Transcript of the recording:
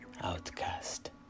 outcast